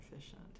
efficient